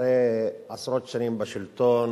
אחרי עשרות שנים בשלטון